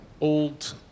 old